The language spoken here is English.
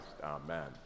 Amen